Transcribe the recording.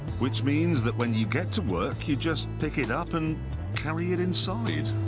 which means that when you get to work, you just pick it up and carry it inside.